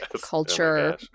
culture